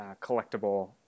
collectible